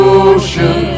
ocean